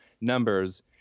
numbers